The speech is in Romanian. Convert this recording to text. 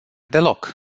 deloc